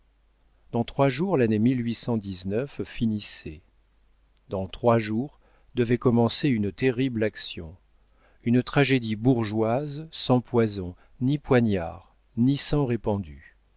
dans trois jours l'année finissait dans trois jours devait commencer une terrible action une tragédie bourgeoise sans poison ni poignard ni sang répandu